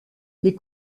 les